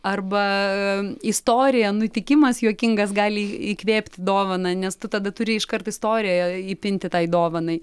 arba istorija nutikimas juokingas gali įkvėpti dovaną nes tu tada turi iškart istoriją įpinti tai dovanai